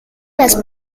las